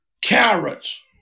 Carrots